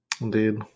Indeed